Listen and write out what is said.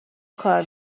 کار